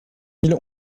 mille